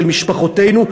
של משפחותינו,